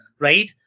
right